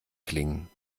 klingen